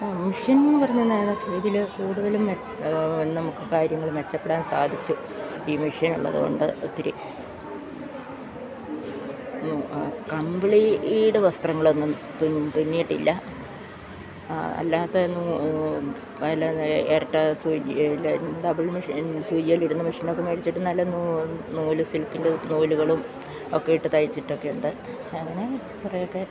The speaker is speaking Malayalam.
മെഷീനെന്നു പറഞ്ഞാൽ ഏതാ ഇതിൽ കൂടുതലും നമുക്ക് കാര്യങ്ങൾ മെച്ചപ്പെടാൻ സാധിച്ചു ഈ മെഷീനുള്ളതുകൊണ്ട് ഒത്തിരി കമ്പിളിയുടെ വസ്ത്രങ്ങളൊന്നും തുന്നിയിട്ടില്ല അല്ലാത്ത വല്ല ഇരട്ട സൂചിയിൽ ഡബിൾ മെഷീൻ സൂചിയിലിടുന്ന മെഷീനൊക്കെ മേടിച്ചിട്ട് നല്ല നൂല് സിൽക്കിൻ്റെ നൂലുകളും ഒക്കെ ഇട്ട് തയ്ച്ചിട്ടൊക്കെ ഉണ്ട് അങ്ങനെ കുറേയൊക്കെ